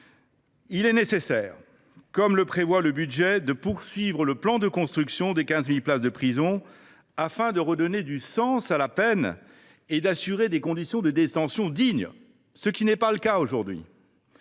Il est nécessaire, comme le prévoit le budget, de poursuivre le plan de construction de 15 000 places de prison, afin de redonner du sens à la peine et d’assurer des conditions dignes de détention, ce qui n’est pas le cas aujourd’hui.